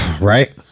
Right